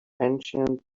ancient